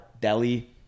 Delhi